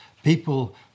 People